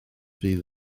fydd